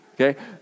okay